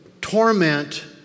torment